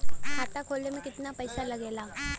खाता खोले में कितना पैसा लगेला?